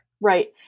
Right